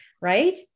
Right